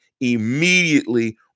immediately